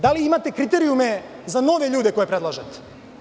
Da li imate kriterijume za nove ljude koje predlažete?